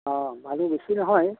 অঁ মানুহ বেছি নহয়